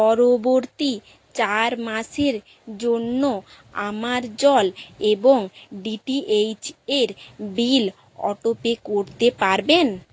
পরবর্তী চার মাসের জন্য আমার জল এবং ডিটিএইচ এর বিল অটোপে করতে পারবেন